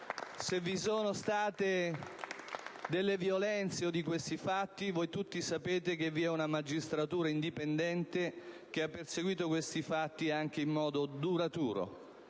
se vi sono state delle violenze o dei fatti di questo genere, voi tutti sapete che vi è una magistratura indipendente, che ha perseguito questi fatti anche in modo duraturo.